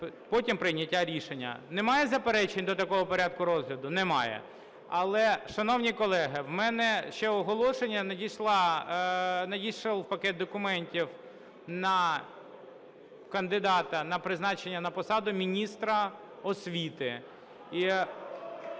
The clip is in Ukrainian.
Немає заперечення до такого порядку розгляду? Немає. Але, шановні колеги, в мене ще оголошення. Надійшов пакет документів на кандидата на призначення на посаду міністра освіти.